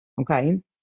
okay